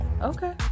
Okay